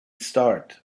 start